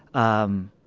um,